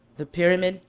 the pyramid,